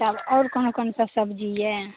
तब आओर कोन कोनसभ सब्जी यए